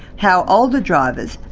how older drivers,